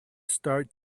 start